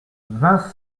vingt